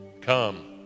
Come